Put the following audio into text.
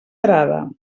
arada